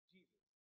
Jesus